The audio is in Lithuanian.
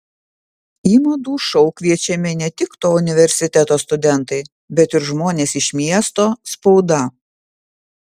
į madų šou kviečiami ne tik to universiteto studentai bet ir žmonės iš miesto spauda